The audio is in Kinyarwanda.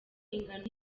ingano